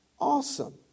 awesome